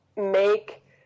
make